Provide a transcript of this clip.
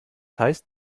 heißt